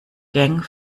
gang